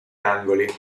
angoli